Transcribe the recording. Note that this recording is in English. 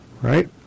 Right